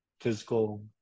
physical